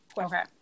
Okay